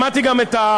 שמעתי גם את,